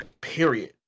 period